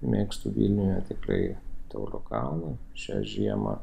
mėgstu vilniuje tikrai tauro kalną šią žiemą